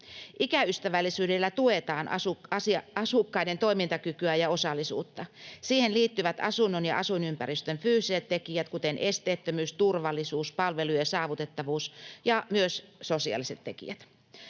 Ikäystävällisyydellä tuetaan asukkaiden toimintakykyä ja osallisuutta. Siihen liittyvät asunnon ja asuinympäristön fyysiset tekijät, kuten esteettömyys, turvallisuus, palvelujen saavutettavuus ja myös sosiaaliset tekijät.